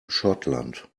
schottland